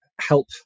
help